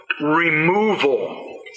removal